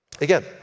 Again